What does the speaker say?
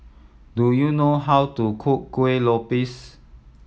do you know how to cook Kueh Lopes